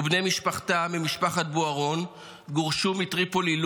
ובני משפחתה ממשפחת בוארון גורשו ב-1967 מטריפולי,